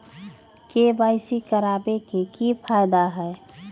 KYC करवाबे के कि फायदा है?